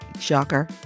Shocker